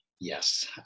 yes